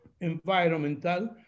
Environmental